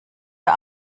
für